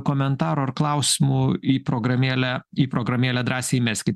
komentarų ar klausimų į programėlę į programėlę drąsiai įmeski